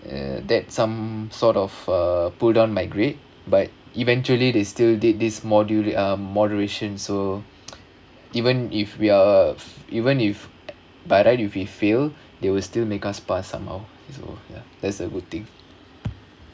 uh that some sort of uh pull down my grade but eventually they still did this module um moderation so even if we are uh even if by right if you fail they will still make us pass somehow so ya that's a good thing